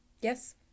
yes